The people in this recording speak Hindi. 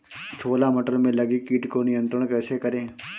छोला मटर में लगे कीट को नियंत्रण कैसे करें?